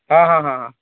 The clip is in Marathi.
हा हा हा हा